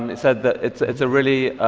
and said that it's it's a really